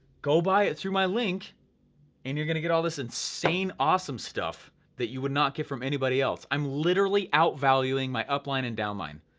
go buy it through my link and you're gonna get all this insane, awesome stuff that you would not get from anybody else. i'm literally outvaluing my upline and downline,